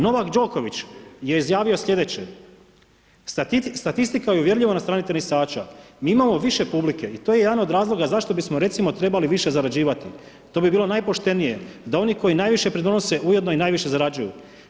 Novak Đoković je izjavio slijedeće, statistika je uvjerljivo na strani tenisača, mi imamo više publike i to je jedan od razloga zašto bismo recimo trebali više zarađivati, to bi bilo najpoštenije, da oni koji najviše pridonose ujedno i najviše zarađuju.